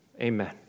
Amen